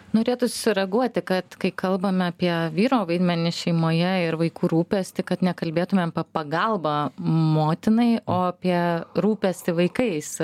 norėtųsi sureaguoti kad kai kalbame apie vyro vaidmenį šeimoje ir vaikų rūpestį kad nekalbėtumėm apie pagalbą motinai o apie rūpestį vaikais